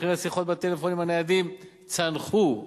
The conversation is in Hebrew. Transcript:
ומחירי השיחות בטלפונים הניידים צנחו.